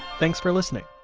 thanks for listening